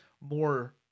more